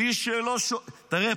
תראה,